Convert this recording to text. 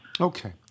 Okay